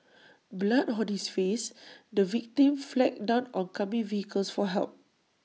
blood on his face the victim flagged down oncoming vehicles for help